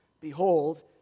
behold